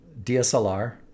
DSLR